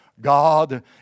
God